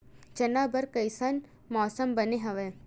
चना बर कइसन मौसम बने हवय?